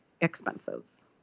expenses